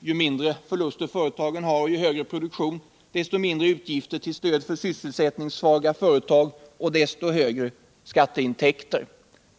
Ju mindre förluster företagen har, desto större produktion och desto mindre utgifter till stöd för sysselsättningssvaga företag och desto större skatteintäkt blir det.